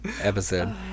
episode